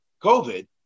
COVID